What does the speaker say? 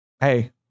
Hey